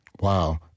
wow